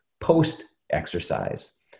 post-exercise